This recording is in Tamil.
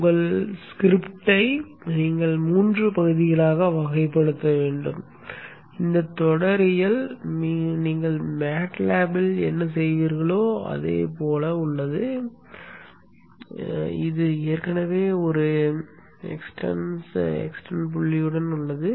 உங்கள் ஸ்கிரிப்டை நீங்கள் 3 பகுதிகளாக வகைப்படுத்த வேண்டும் இந்த தொடரியல் நீங்கள் மேட் லேப்பில் என்ன செய்வீர்களோ அதைப் போலவே உள்ளது இது ஏற்கனவே ஒரு நீட்டிப்பு புள்ளியுடன் உள்ளது